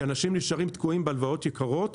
כי אנשים נשארים תקועים בהלוואות יקרות,